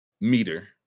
meter